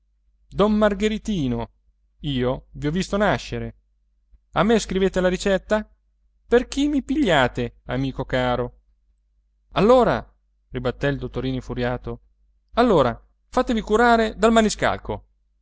don margheritino io vi ho visto nascere a me scrivete la ricetta per chi mi pigliate amico caro allora ribattè il dottorino infuriato allora fatevi curare dal maniscalco